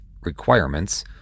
requirements